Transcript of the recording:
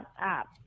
app